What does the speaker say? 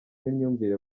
n’imyumvire